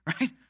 right